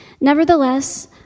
Nevertheless